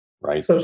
right